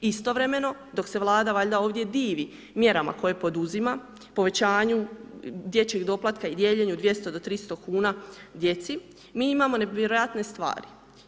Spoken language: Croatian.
Istovremeno dok se Vlada valjda ovdje divi mjerama koje poduzima, povećanju dječjeg doplatka i dijeljenju 200 do 300 kuna djeci mi imamo nevjerojatne stvari.